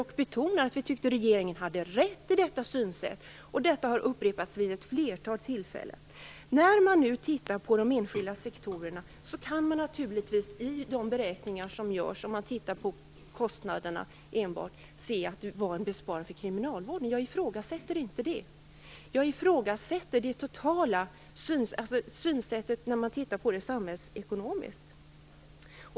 Vi betonade att vi tyckte att regeringen hade rätt när det gällde detta synsätt. Det här har upprepats vid ett flertal tillfällen. När man nu tittar på de enskilda sektorerna kan man naturligtvis i de beräkningar som görs, om enbart kostnaderna beaktas, se att det var en besparing för kriminalvården. Jag ifrågasätter alltså inte detta. Däremot ifrågasätter jag synsättet samhällsekonomiskt.